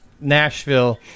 Nashville